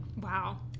Wow